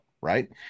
right